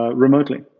ah remotely.